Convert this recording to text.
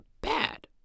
bad